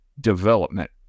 development